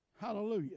Hallelujah